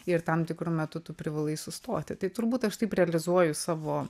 ir tam tikru metu tu privalai sustoti tai turbūt aš taip realizuoju savo